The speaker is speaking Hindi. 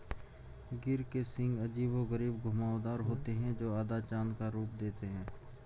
गिर के सींग अजीबोगरीब घुमावदार होते हैं, जो आधा चाँद का रूप देते हैं